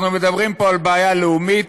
אנחנו מדברים פה על בעיה לאומית,